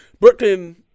Brooklyn